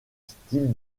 style